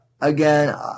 again